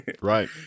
Right